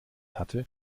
hatte